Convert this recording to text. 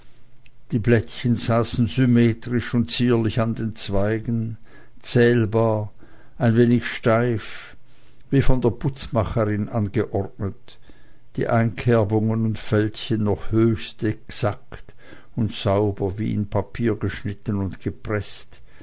die blättchen saßen symmetrisch und zierlich an den zweigen zählbar ein wenig steif wie von der putzmacherin angeordnet die einkerbungen und fältchen noch höchst exakt und sauber wie in papier geschnitten und gepreßt